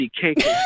cake